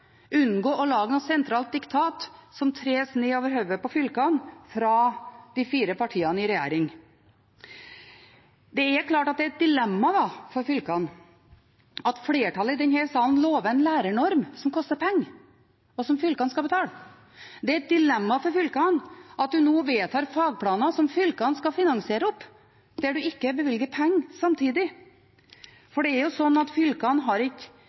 unngå å lage et sentralt diktat som tres nedover hodet på fylkene fra de fire partiene i regjering. Det er klart at det er et dilemma for fylkene at flertallet i denne salen lover en lærernorm som koster penger, og som fylkene skal betale. Det er et dilemma for fylkene at vi nå vedtar fagplaner som fylkene skal finansiere, mens det ikke er bevilget penger til det samtidig. For fylkene har jo ikke bare egne inntekter, noen av dem har